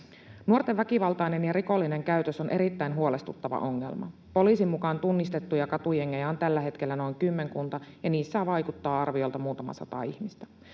Nuorten väkivaltainen ja rikollinen käytös on erittäin huolestuttava ongelma. Poliisin mukaan tunnistettuja katujengejä on tällä hetkellä kymmenkunta ja niissä vaikuttaa arviolta muutama sata ihmistä.